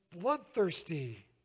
bloodthirsty